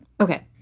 Okay